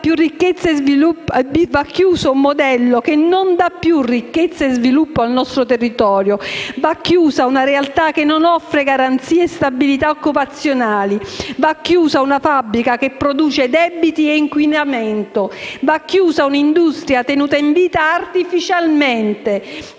va chiuso un modello che non dà più ricchezza e sviluppo al nostro territorio; va chiusa una realtà che non offre garanzie e stabilità occupazionali; va chiusa una fabbrica che produce debiti e inquinamento; va chiusa un'industria tenuta in vita artificialmente